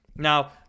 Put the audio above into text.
Now